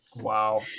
Wow